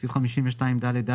בסעיף 52ד(ג),